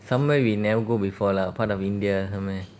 somewhere we never go before lah part of india somewhere